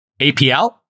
APL